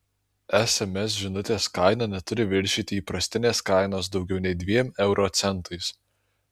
sms žinutės kaina neturi viršyti įprastinės kainos daugiau nei dviem euro centais